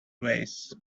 ways